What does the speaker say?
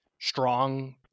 strong